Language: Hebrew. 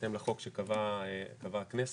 בהתאם לחוק שקבעה הכנסת.